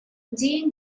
jean